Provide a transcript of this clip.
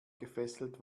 gefesselt